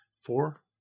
four